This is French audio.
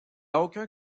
aucun